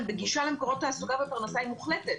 בגישה למקורות תעסוקה ופרנסה היא מוחלטת